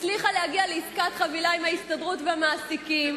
הצליחה להגיע לעסקת חבילה עם ההסתדרות והמעסיקים.